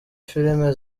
filime